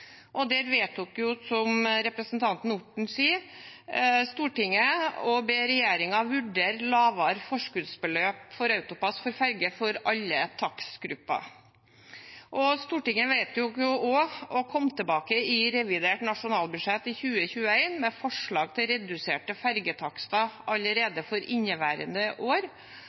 vedtok – som representanten Orten sa – å be regjeringen vurdere lavere forskuddsbeløp for AutoPASS for ferge for alle takstgrupper. Stortinget vedtok også å be «regjeringen komme tilbake i revidert nasjonalbudsjett for 2021 med forslag til reduserte fergetakster allerede for inneværende år,